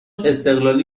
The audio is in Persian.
استقلالی